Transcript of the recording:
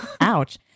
Ouch